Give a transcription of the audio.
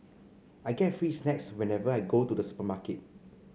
I get free snacks whenever I go to the supermarket